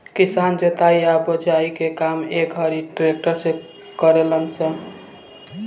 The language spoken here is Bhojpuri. किसान जोताई आ बोआई के काम ए घड़ी ट्रक्टर से करेलन स